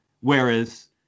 whereas